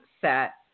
set